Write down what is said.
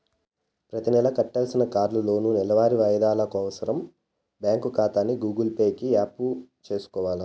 ప్రతినెలా కట్టాల్సిన కార్లోనూ, నెలవారీ వాయిదాలు కోసరం బ్యాంకు కాతాని గూగుల్ పే కి యాప్ సేసుకొవాల